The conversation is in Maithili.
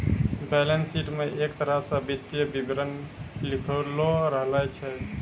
बैलेंस शीट म एक तरह स वित्तीय विवरण लिखलो रहै छै